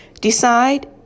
Decide